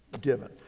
given